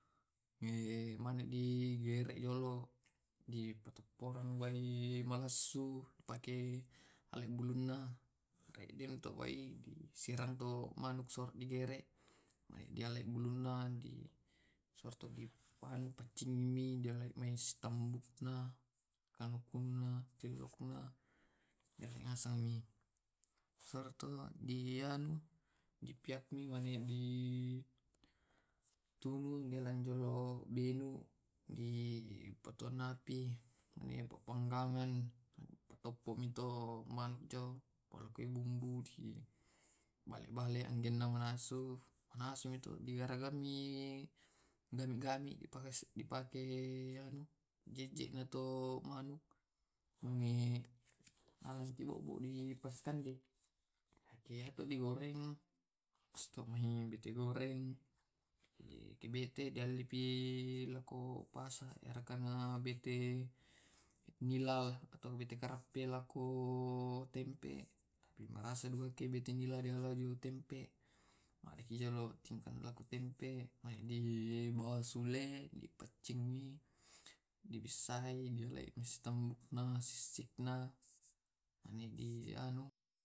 Iyate malittuni tu kasampa, mane empana tunuki bale ripuranga diala engete manu ditunu dipatuoi jolo te dialai bulu buluna, mane di di bakka bakkai, mane tu dinasu rukku supaya marasai di tunu, tersu dibersihkan dolo mane balloi te dinasui jolo nai ditunu terus di palekkoi semua atau kunyit. purai te ditunu dengan makan dianu silong arang. Sede bale goreng dilallag dolo dibersihkan diaai sisina na diparolloi wajan na dipalokkoiminyak goreng terus di goreng na dikande. Iyate bale ditumis dipalokkoi wae sola sarre sola sia mane atauji maballaki diapalakkoi kunyit